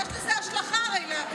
יש לזה השלכה, זו בעיה.